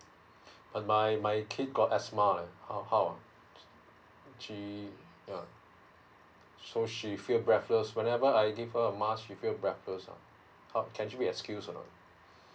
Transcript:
but my my kid got asthma leh how how leh she uh so she feels breathless whenever I give a mask she feels breathless uh can she be excused or not